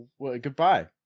goodbye